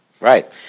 Right